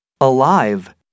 ALIVE